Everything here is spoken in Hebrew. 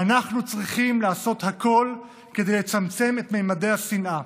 אנחנו צריכים לעשות הכול כדי לצמצם את ממדי השנאה,